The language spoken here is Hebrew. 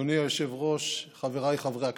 אדוני היושב-ראש, חבריי חברי הכנסת,